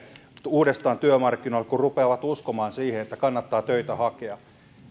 uudestaan työmarkkinoille kun rupeavat uskomaan siihen että kannattaa töitä hakea tämä